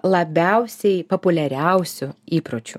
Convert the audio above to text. labiausiai populiariausių įpročių